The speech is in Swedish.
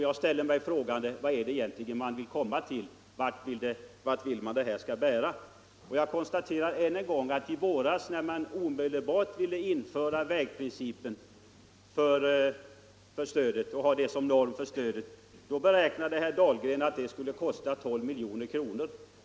Vart vill man egentligen komma? Jag konstaterar än en gång att herr Dahlgren i våras, när man ville införa vägprincipen för stödet, beräknade att detta skulle kosta 12 miljoner kronor.